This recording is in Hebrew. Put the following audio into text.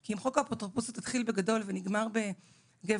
כי אם חוק האפוטרופסות יתחיל בגדול ויגמר בגבר